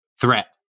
threat